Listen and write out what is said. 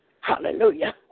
Hallelujah